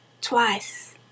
twice